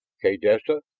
kaydessa?